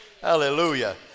hallelujah